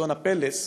עיתון "הפלס"